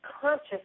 conscious